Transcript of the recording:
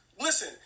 Listen